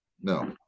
No